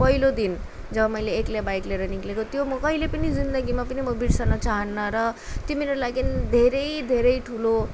पहिलो दिन जब मैले एक्लै बाइक लिएर निस्केको त्यो म कहिले पनि जिन्दगीमा पनि म बिर्सन चाहन्न र त्यो मेरो लागि धेरै धेरै ठुलो